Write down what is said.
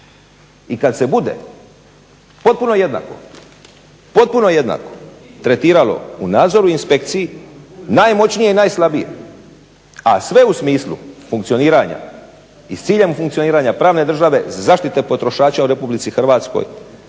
I kada se bude potpuno jednako tretiralo u nadzoru inspekciji najmoćnije i najslabije, a sve u smislu funkcioniranja i s ciljem funkcioniranja pravne države za zaštitu potrošača u RH i poštivanja